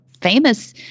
famous